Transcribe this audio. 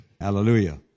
Hallelujah